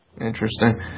Interesting